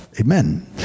amen